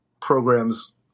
programs